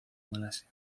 malasia